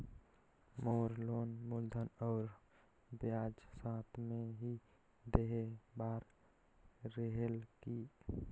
मोर loan मूलधन और ब्याज साथ मे ही देहे बार रेहेल की?